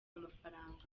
amafaranga